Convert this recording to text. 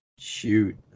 shoot